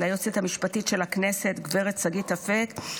ליועצת המשפטית של הכנסת גב' שגית אפיק,